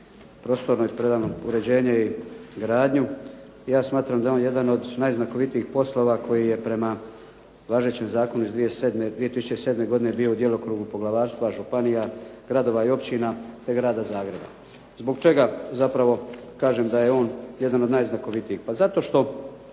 prostorno uređenje izgradnju. Ja smatram da je on jedan od najznakovitijih poslova koji je prema važećem zakonu 2007. bio u djelokrugu poglavarstva, županije, gradova i općina, te Grada Zagreba. Zbog čega zapravo kažem da je on jedan od najznakovitijih?